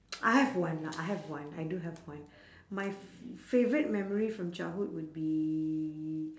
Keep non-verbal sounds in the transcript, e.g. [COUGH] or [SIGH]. [NOISE] I have one lah I have one I do have one my f~ favourite memory from childhood would be